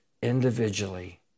Individually